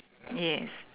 yes